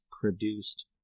produced